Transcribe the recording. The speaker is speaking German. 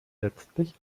letztlich